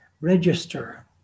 register